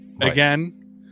Again